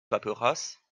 paperasses